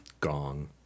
Gong